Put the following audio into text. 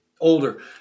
older